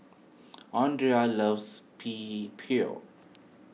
andria loves P Pho